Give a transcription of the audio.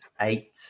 eight